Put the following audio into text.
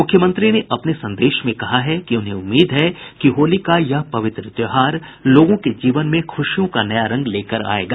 मुख्यमंत्री ने अपने संदेश में कहा कि उन्हें उम्मीद है कि होली का यह पवित्र त्योहार लोगों के जीवन में खुशियों का नया रंग लेकर आयेगा